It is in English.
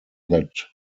that